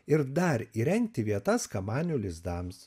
ir dar įrengti vietas kamanių lizdams